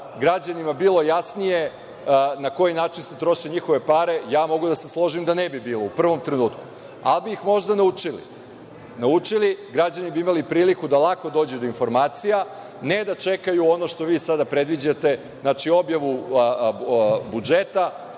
građanima bilo jasnije na koji način se troše njihove pare? Mogu da se složim da ne bi bilo, u prvom trenutku, ali bi ih možda naučili. Naučili, građani bi imali priliku da lako dođu do informacija, a ne da čekaju ono što vi sada predviđate, objavu budžeta,